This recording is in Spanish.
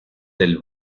del